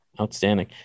Outstanding